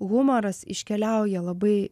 humoras iškeliauja labai